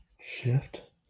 Shift